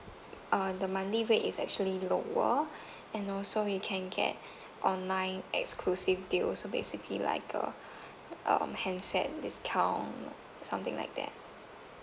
uh the monthly rate is actually lower and also you can get online exclusive deal so basically like a um handset discount something like that